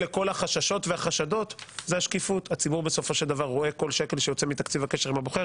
אנחנו שוות לכוח עבודה של קצת יותר מאשר יועץ.